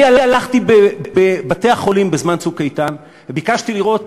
אני הלכתי בבתי-החולים בזמן "צוק איתן" וביקשתי לראות